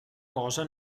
cosa